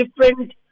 different